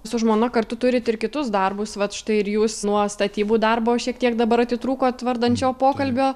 su žmona kartu turit ir kitus darbus vat štai ir jūs nuo statybų darbo šiek tiek dabar atitrūktot vardan šio pokalbio